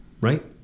right